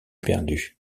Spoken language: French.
perdu